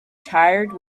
tired